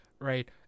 Right